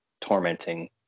tormenting